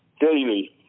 daily